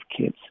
kids